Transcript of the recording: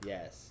Yes